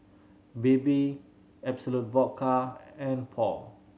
Bebe Absolut Vodka and Paul